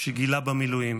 שגילה במילואים,